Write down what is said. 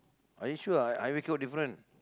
are you sure high~ highway code is different